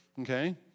Okay